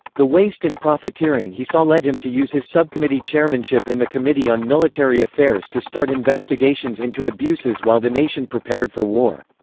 the waste and profiteering he saw led him to use his subcommittee chairmanship in the committee on military affairs to start investigations into abuses while the nation prepared for war.